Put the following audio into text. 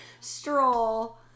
stroll